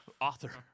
Author